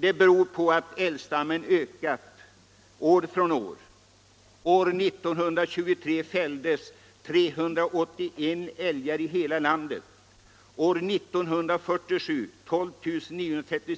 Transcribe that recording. Det beror på att älgstammen ökat år från år. År 1923 fälldes 381 älgar i hela landet, år 1947 var antalet 12 937,